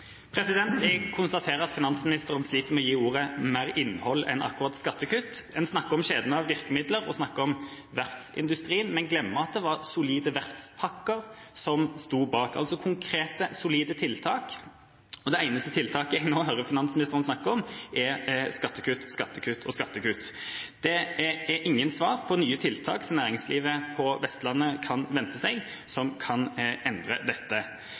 Jeg konstaterer at finansministeren sliter med å gi ordet mer innhold enn akkurat skattekutt. En snakker om kjeden av virkemidler og om verftsindustrien, men glemmer at det var solide verftspakker som sto bak, altså konkrete, solide tiltak. Det eneste tiltaket jeg nå hører finansministeren snakke om, er skattekutt, skattekutt og skattekutt. Det er ingen svar på nye tiltak som næringslivet på Vestlandet kan vente seg, som kan endre dette.